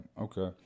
Okay